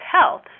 health